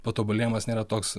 patobulėjimas nėra toks